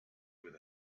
with